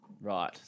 Right